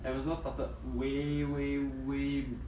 amazon started way way way